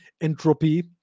entropy